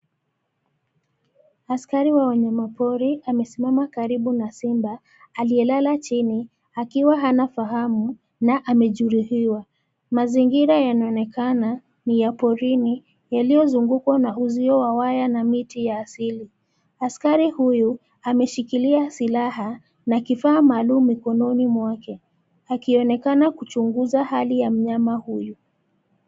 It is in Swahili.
Askari wa wanyama pori amesimama karibu na simba; aliyelala chini akiwa hana fahamu na amejeruhiwa. Mazingira yanaonekana ni ya porini yaliyozungukwa na uzio wa waya na miti ya asili. Askari huyu ameshikilia silaha na kifaa maalum mkononi mwake; akionekana kuchunguza hali ya mnyama huyu.